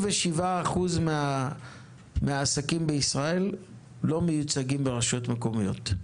97% מהעסקים בישראל לא מיוצגים ברשויות מקומיות.